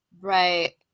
Right